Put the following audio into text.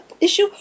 issue